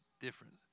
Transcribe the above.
different